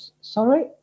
sorry